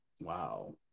Wow